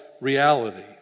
reality